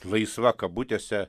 laisva kabutėse